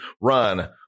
run